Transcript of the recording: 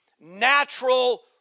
natural